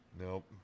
nope